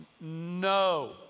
No